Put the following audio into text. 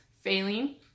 failing